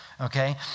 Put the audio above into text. Okay